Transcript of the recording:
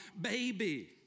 baby